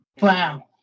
Wow